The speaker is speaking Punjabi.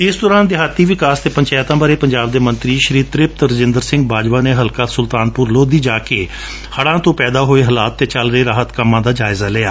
ਇਸ ਦੌਰਾਨ ਦੇਹਾਤੀ ਵਿਕਾਸ ਅਤੇ ਪੰਚਾਇਤਾਂ ਬਾਰੇ ਪੰਜਾਬ ਦੇ ਮੰਤਰੀ ਤ੍ਰਿਪਤ ਰਜੰਦਰ ਸਿੰਘ ਬਾਜਵਾ ਨੇ ਹਲਕਾ ਸੁਲਤਾਨਪੁਰ ਲੋਧੀ ਜਾਂ ਕੇ ਹੜਾਂ ਤੋਂ ਪੈਦਾ ਹੋਏ ਹਾਲਾਤ ਅਤੇ ਚਲ ਰਹੇ ਰਾਹਤ ਕੰਮਾਂ ਦਾ ਜਾਇਜ਼ਾ ਲਿਆ